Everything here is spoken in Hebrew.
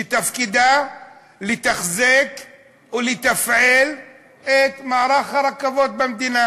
שתפקידה לתחזק ולתפעל את מערך הרכבות במדינה.